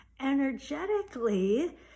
energetically